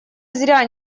зря